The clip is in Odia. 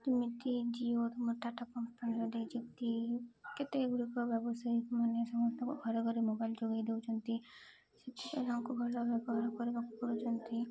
ଯେମିତି ଜିଓ ଏବଂ ଟାଟା କମ୍ପାନୀରେ ଯେମିତି କେତେ ଗୁଡ଼ିକ ବ୍ୟବସାୟୀ ମାନେ ସମସ୍ତଙ୍କୁ ଘରେ ଘରେ ମୋବାଇଲ ଯୋଗାଇ ଦେଉଛନ୍ତି ସେଥିପାଇଁ ତାଙ୍କୁ ଘର ବ୍ୟବହାର କରିବାକୁ କରୁଛନ୍ତି